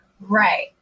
right